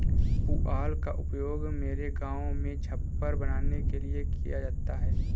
पुआल का उपयोग मेरे गांव में छप्पर बनाने के लिए किया जाता है